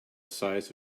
size